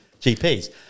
GPs